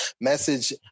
message